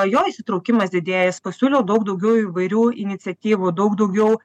jo įsitraukimas didėja jis pasiūlė daug daugiau įvairių iniciatyvų daug daugiau